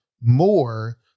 more